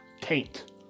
Taint